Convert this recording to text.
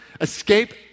escape